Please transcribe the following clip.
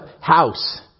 house